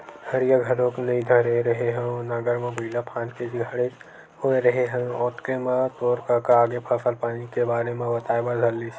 हरिया घलोक नइ धरे रेहे हँव नांगर म बइला फांद के खड़ेच होय रेहे हँव ओतके म तोर कका आगे फसल पानी के बारे म बताए बर धर लिस